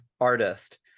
artist